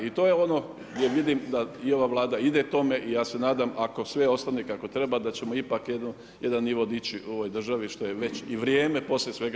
I to je ono gdje vidim da i ova Vlada ide tome i ja se nadam ako sve ostane kako treba da ćemo ipak jedan nivo dići u ovoj državi što je već i vrijeme poslije svega.